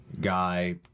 guy